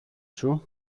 σου